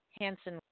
Hanson